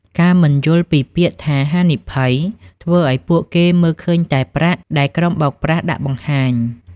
ការមិនយល់ពីពាក្យថា "ហានិភ័យ" ធ្វើឱ្យពួកគេមើលឃើញតែ "ប្រាក់" ដែលក្រុមបោកប្រាស់ដាក់បង្ហាញ។